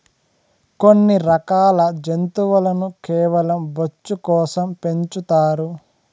కొన్ని రకాల జంతువులను కేవలం బొచ్చు కోసం పెంచుతారు